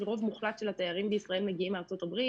רוב מוחלט של התיירים בישראל מגיעים מארה"ב,